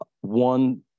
one